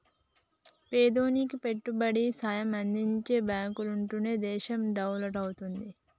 పేదోనికి పెట్టుబడి సాయం అందించే బాంకులుంటనే దేశం డెవలపవుద్ది